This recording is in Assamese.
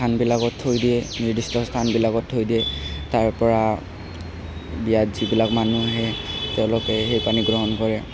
স্থানবিলাকত থৈ দিয়ে নিৰ্দিষ্ট স্থানবিলাকত থৈ দিয়ে তাৰ পৰা বিয়াত যিবিলাক মানুহ আহে তেওঁলোকে সেই পানী গ্ৰহণ কৰে